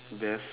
there's